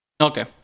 okay